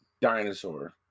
dinosaur